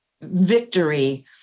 victory